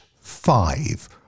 five